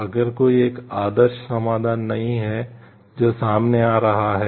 तो अगर कोई एक आदर्श समाधान नहीं है जो सामने आ रहा है